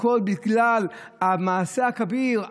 הכול בגלל המעשה הכביר,